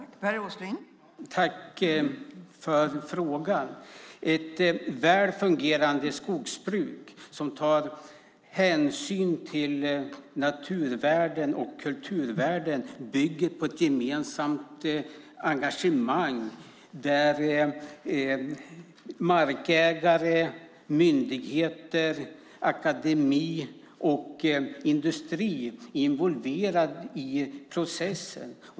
Fru talman! Jag tackar Åsa Romson för frågan. Ett väl fungerande skogsbruk som tar hänsyn till naturvärden och kulturvärden bygger på ett gemensamt engagemang där markägare, myndigheter, akademi och industri är involverade i processen.